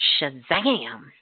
Shazam